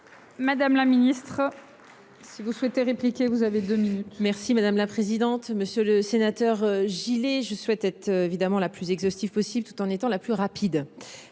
Madame la Ministre. Si vous souhaitez terrible. Cliquez, vous avez. Merci madame la présidente, monsieur le sénateur, Gilles et je souhaite être évidemment la plus exhaustive possible tout en étant la plus rapide.